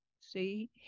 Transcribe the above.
See